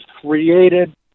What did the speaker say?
created